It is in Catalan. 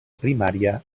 primària